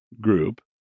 group